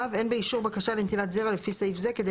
(ו) אין באישור בקשה לנטילת זרע לפי סעיף זה כדי